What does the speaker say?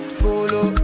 follow